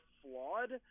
flawed